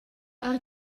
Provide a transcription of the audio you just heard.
ord